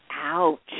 Ouch